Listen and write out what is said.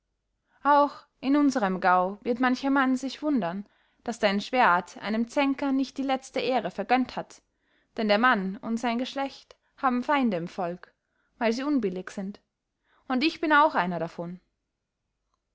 auch in unserem gau wird mancher mann sich wundern daß dein schwert einem zänker nicht die letzte ehre vergönnt hat denn der mann und sein geschlecht haben feinde im volke weil sie unbillig sind und ich bin auch einer davon